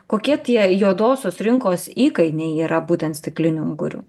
kokie tie juodosios rinkos įkainiai yra būtent stiklinių ungurių